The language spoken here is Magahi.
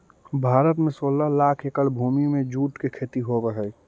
भारत में सोलह लाख एकड़ भूमि में जूट के खेती होवऽ हइ